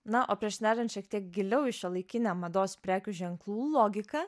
na o prieš neriant šiek tiek giliau į šiuolaikinę mados prekių ženklų logiką